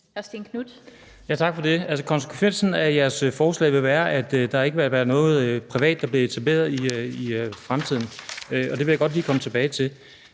(V): Tak for det. Altså, konsekvensen af jeres forslag vil være, at der ikke vil blive etableret noget privat i fremtiden, og det vil jeg godt lige komme tilbage til.